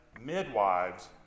midwives